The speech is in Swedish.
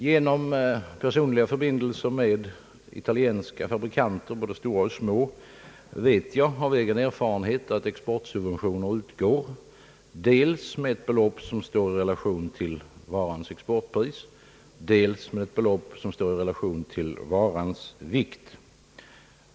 Genom personliga förbindelser med både stora och små italienska fabrikanter vet jag av egen erfarenhet att exportsubventioner utgår, dels med ett belopp som står i relation till varans exportpris, dels med ett be lopp som står i relation till varans vikt.